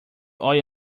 oil